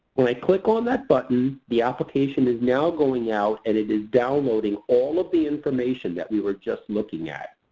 when i click on that button, the application is now going out and it is downloading all of the information that we were just looking at.